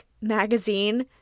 magazine